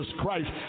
Christ